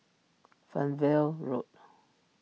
Fernvale Road